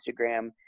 Instagram